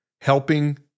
helping